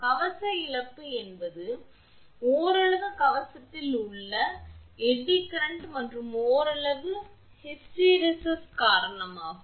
கவச இழப்பு என்பது ஓரளவு கவசத்தில் உள்ள எடி கரண்ட் மற்றும் ஓரளவு ஹிஸ்டிரெசிஸ் காரணமாகும்